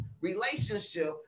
relationship